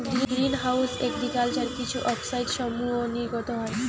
green house agriculture কিছু অক্সাইডসমূহ নির্গত হয়